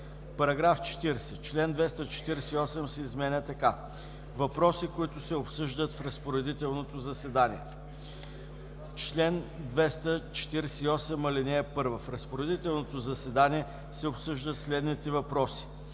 § 40. Член 248 се изменя така: „Въпроси, които се обсъждат в разпоредителното заседание Чл. 248. (1) В разпоредителното заседание се обсъждат следните въпроси: